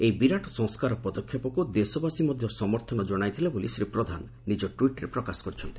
ଏହି ବିରାଟ ସଂସ୍କାର ପଦକ୍ଷେପକୁ ଦେଶବାସୀ ମଧ୍ଧ ସମର୍ଥନ ଜଶାଇଥିଲେ ବୋଲି ଶ୍ରୀ ପ୍ରଧାନ ନିକ ଟ୍ୱିଟ୍ରେ ପ୍ରକାଶ କରିଛନ୍ତି